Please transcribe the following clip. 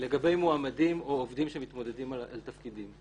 לגבי מועמדים או עובדים שמתמודדים על תפקידים.